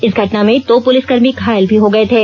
इस घटना में दो पुलिस कर्मी घायल भी हो गए थे